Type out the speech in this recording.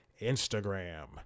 Instagram